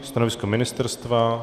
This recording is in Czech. Stanovisko ministerstva?